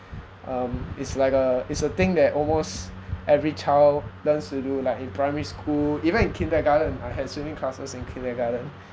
um it's like a it's a thing that almost every child learns to do like in primary school even in kindergarten I had swimming classes in kindergarten